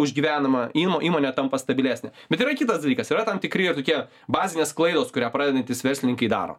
užgyvenama įmonė tampa stabilesnė bet yra ir kitas dalykas yra tam tikri tokie bazinės klaidos kurią pradedantys verslininkai daro